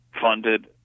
funded